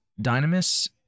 Dynamis